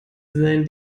sein